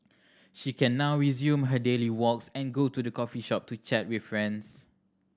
she can now resume her daily walks and go to the coffee shop to chat with friends